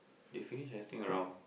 if finish anything around